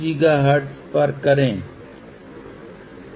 तो zL अब 10050 है 2 j06 और z01 तो आप क्या करते हैं